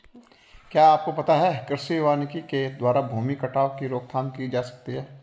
क्या आपको पता है कृषि वानिकी के द्वारा भूमि कटाव की रोकथाम की जा सकती है?